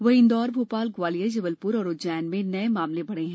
वहीं इंदौर भोपाल ग्वालियर जबलपुर और उज्जैन में नए मामले बढ़ रहे है